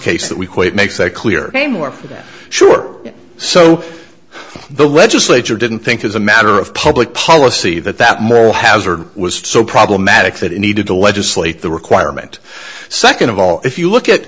case that we quite make that clear a more sure so the legislature didn't think as a matter of public policy that that moral hazard was so problematic that it needed to legislate the requirement second of all if you look at